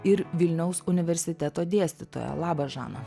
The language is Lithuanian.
ir vilniaus universiteto dėstytoją labas žana